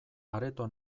areto